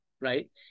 right